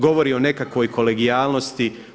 Govori o nekakvoj kolegijalnosti.